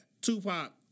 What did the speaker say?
Tupac